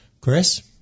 Chris